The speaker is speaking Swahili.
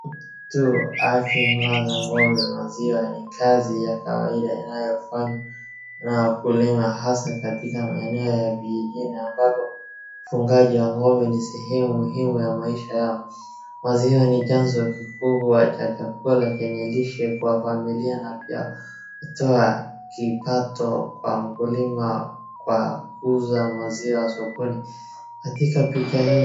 Mtu akimwaga ng'ombe maziwa ni kazi ya kawaida inayofanywa na wakulima hasa katika maeneo ya vijijini ambapo ufugaji wa ng'ombe ni sehemu muhimu ya maisha yao, maziwa ni chanzo kikubwa cha chakula chenye lishe kwa familia na pia hutoa kipato kwa mkulima kwa kuuza maziwa sokoni. Katika picha hii.